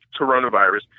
coronavirus